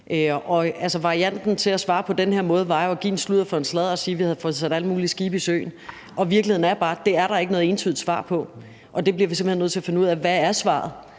varianten til at svare på den her måde var jo at give en sludder for en sladder og sige, at vi havde fået sat alle mulige skibe i søen. Virkeligheden er bare, at der ikke er noget entydigt svar på det, og vi bliver simpelt hen nødt til at finde ud af, hvad svaret